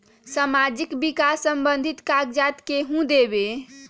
समाजीक विकास संबंधित कागज़ात केहु देबे?